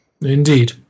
Indeed